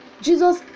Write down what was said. Jesus